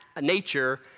nature